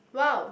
wow